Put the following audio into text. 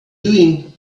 doing